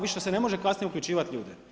Više se ne može kasnije uključivat ljude.